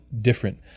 different